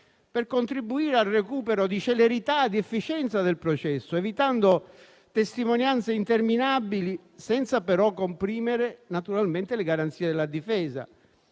per contribuire al recupero di celerità ed efficienza del processo, evitando testimonianze interminabili senza però comprimere naturalmente le garanzie della difesa.